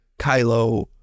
Kylo